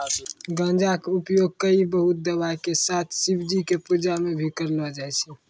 गांजा कॅ उपयोग कई बहुते दवाय के साथ शिवजी के पूजा मॅ भी करलो जाय छै